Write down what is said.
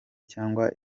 cyangwa